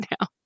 now